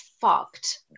fucked